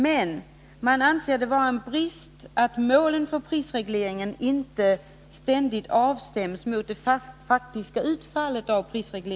Men man anser det vara en brist att målen för prisregleringen inte ständigt avstäms mot det faktiska utfallet av den.